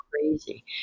crazy